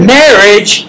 marriage